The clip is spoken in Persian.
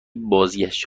بازگشت